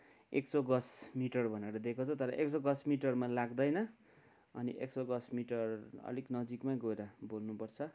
एक सौ गज मिटर भनेर दिएको छ तर एक सौ गज मिटरमा लाग्दैन अनि एक सौ गज मिटर अलिक नजिकमा गएर बोल्नुपर्छ